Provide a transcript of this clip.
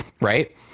right